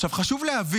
עכשיו, חשוב להבין,